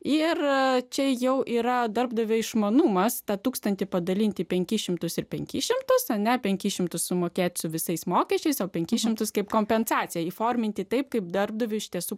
ir čia jau yra darbdavio išmanumas tą tūkstantį padalinti penkis šimtus ir penkis šimtus ar ne penkis šimtus sumokėti su visais mokesčiais o penkis šimtus kaip kompensaciją įforminti taip kaip darbdaviui iš tiesų